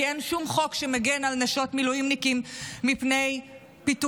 כי אין שום חוק שמגן על נשות מילואימניקים מפני פיטורין.